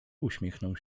uśmiechnął